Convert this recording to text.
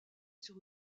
sur